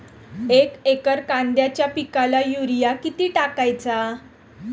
एक एकर कांद्याच्या पिकाला युरिया किती टाकायचा?